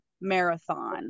marathon